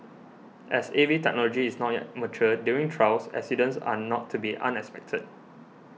as A V technology is not yet mature during trials accidents are not to be unexpected